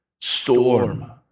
storm